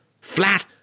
flat